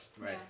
Right